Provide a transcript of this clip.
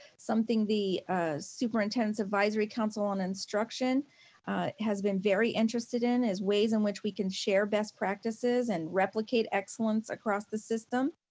something the superintendent's advisory council on instruction has been very interested in, as ways in which we can share best practices and replicate excellence across the system.